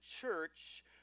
church